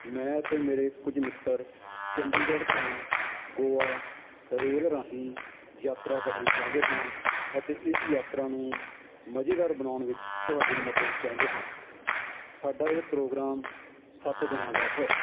ਮੈਂ ਅਤੇ ਮੇਰੇ ਕੁਝ ਮਿੱਤਰ ਚੰਡੀਗੜ੍ਹ ਤੋਂ ਗੋਆ ਰੇਲ ਰਾਹੀਂ ਯਾਤਰਾ ਕਰਨੀ ਚਾਹੁੰਦੇ ਹਾਂ ਅਤੇ ਇਸ ਯਾਤਰਾ ਨੂੰ ਮਜ਼ੇਦਾਰ ਬਣਾਉਣ ਵਿੱਚ ਤੁਹਾਡੀ ਮਦਦ ਚਾਹੁੰਦੇ ਹਾਂ ਸਾਡਾ ਇਹ ਪ੍ਰੋਗਰਾਮ ਸੱਤ ਦਿਨਾਂ ਦਾ ਹੈ